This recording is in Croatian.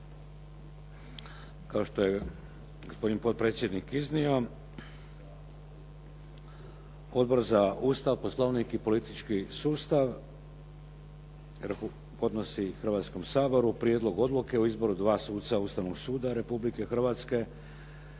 Kao što je gospodin potpredsjednik iznio Odbor za Ustav, Poslovnik i politički sustav podnosi Hrvatskom saboru Prijedlog odluke o izboru dva suca Ustavnog suda Republike Hrvatske,